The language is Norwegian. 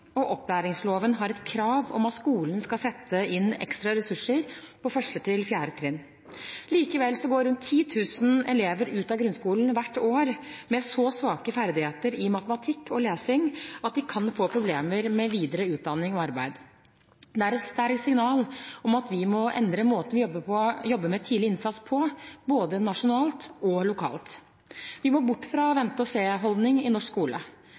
og opplæringsloven har et krav om at skolen skal sette inn ekstra ressurser på 1.–4. trinn. Likevel går rundt 10 000 elever ut av grunnskolen hvert år med så svake ferdigheter i matematikk og lesing at de kan få problemer med videre utdanning og arbeid. Det er et sterkt signal om at vi må endre måten vi jobber med tidlig innsats på, både nasjonalt og lokalt. Vi må bort fra en vente-og-se-holdning i norsk skole.